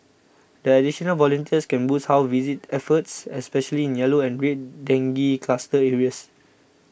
the additional volunteers can boost house visit efforts especially in yellow and red dengue cluster areas